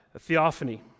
theophany